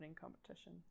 competition